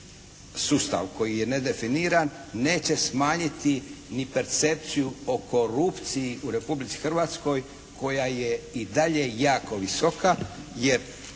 sustav koji je nedefiniran neće smanjiti ni percepciju o korupciji u Republici Hrvatskoj koja je i dalje jako visoka. Jer